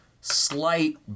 slight